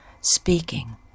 speaking